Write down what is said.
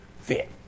fit